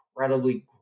incredibly